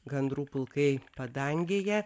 gandrų pulkai padangėje